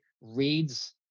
reads